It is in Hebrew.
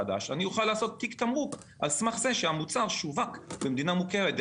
אני אוכל לעשות תיק תמרוק על סמך זה שהמוצר שווק במדינה מוכרת,